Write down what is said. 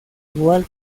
igual